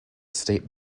state